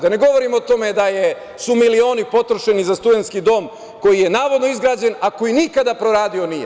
Da ne govorim o tome da su milioni potrošeni za studentski dom koji je navodno izgrađen, a koji nikada proradio nije.